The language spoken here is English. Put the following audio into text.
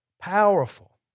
powerful